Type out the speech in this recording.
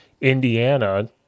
Indiana